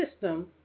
system